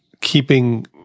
keeping